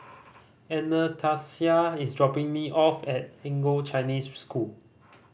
Anastasia is dropping me off at Anglo Chinese School